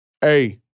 Hey